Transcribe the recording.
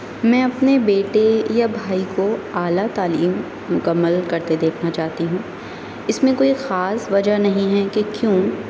میں اپنے بیٹے یا بھائی کو اعلیٰ تعلیم مکمل کرتے دیکھنا چاہتی ہوں اس میں کوئی خاص وجہ نہیں ہے کہ کیوں